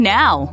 now